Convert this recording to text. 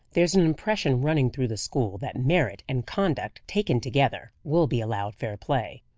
there's an impression running through the school that merit and conduct, taken together, will be allowed fair play.